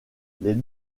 les